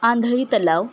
आंधळी तलाव